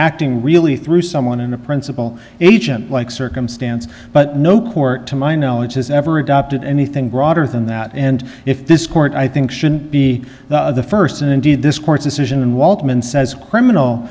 acting really through someone in a principal agent like circumstance but no court to my knowledge has ever adopted anything broader than that and if this court i think should be the st and indeed this court's decision and waltman says criminal